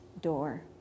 door